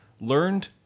Learned